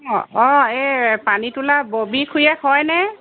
অঁ অঁ এই পানীটোলাৰ ববী খুৰীয়েক হয়নে